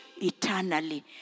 eternally